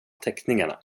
teckningarna